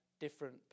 different